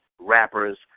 rappers